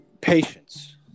patience